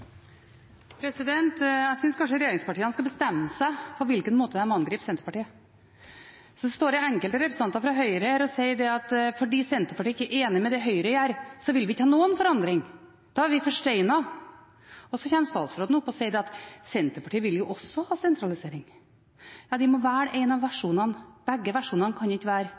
Jeg synes kanskje regjeringspartiene skal bestemme seg for hvilken måte de angriper Senterpartiet på. Enkelte representanter fra Høyre står her og sier at fordi Senterpartiet ikke er enig i det Høyre gjør, vil vi ikke ha noen forandring, da er vi forsteina. Så kommer statsråden opp og sier at Senterpartiet vil også ha sentralisering. De må velge en av versjonene; begge versjonene kan ikke være